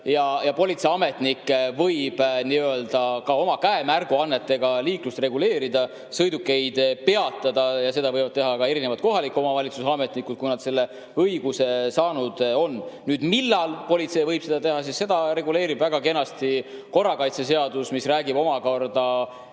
Politseiametnik võib ka oma käemärguannetega liiklust reguleerida, sõidukeid peatada. Ja seda võivad teha ka kohaliku omavalitsuse ametnikud, kui nad selle õiguse saanud on. Seda, millal politsei võib seda teha, reguleerib väga kenasti korrakaitseseadus, mis räägib omakorda